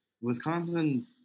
Wisconsin